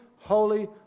holy